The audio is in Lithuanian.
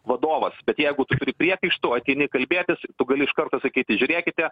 vadovas bet jeigu tu turi priekaištų ateini kalbėtis tu gali iš karto sakyti žiūrėkite